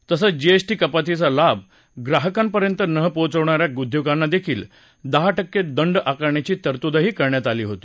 तसंच जीएसटी कपातीचा लाभ ग्राहकांपर्यंत न पोहोचवणा या उद्योगांना दहा टक्के दंड आकारण्याची तरतूदही करण्यात आली होती